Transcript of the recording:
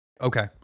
Okay